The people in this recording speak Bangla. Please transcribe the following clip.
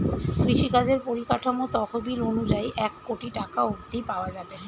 কৃষিকাজের পরিকাঠামো তহবিল অনুযায়ী এক কোটি টাকা অব্ধি পাওয়া যাবে